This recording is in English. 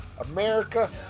America